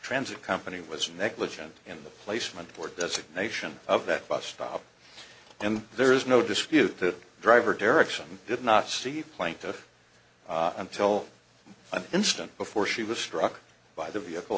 transit company was negligent in the placement board as a nation of that bus stop and there is no dispute that driver direction did not see the plaintiff until an instant before she was struck by the vehicle